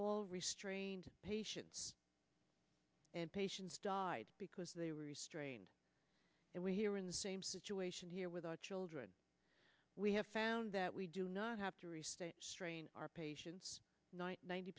all restrained patients and patients died because they were restrained and we here in the same situation here with our children we have found that we do not have to restate strain our patients ni